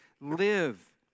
live